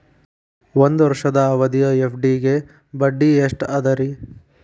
ಒಂದ್ ವರ್ಷದ ಅವಧಿಯ ಎಫ್.ಡಿ ಗೆ ಬಡ್ಡಿ ಎಷ್ಟ ಅದ ರೇ?